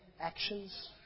actions